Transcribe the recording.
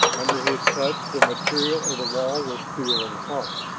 under his touch, the material of the wall was cool and hard,